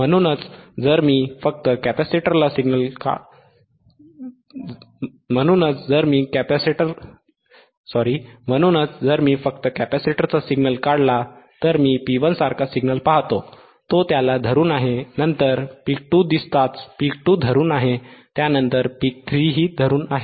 म्हणूनच जर मी फक्त कॅपॅसिटरचा सिग्नल काढला तर मी P1 सारखा सिग्नल पाहतो तो त्याला धरून आहे नंतर पीक 2 दिसताच पीक 2 धरून आहे त्यानंतर पीक 3 ही धरून आहे